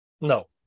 No